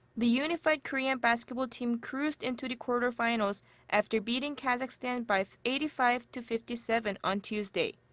the unified korean basketball team cruised into the quarterfinals after beating kazakhstan by eighty five to fifty seven on tuesday.